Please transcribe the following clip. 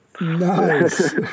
Nice